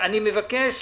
אני מבקש